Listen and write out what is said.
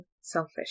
selfish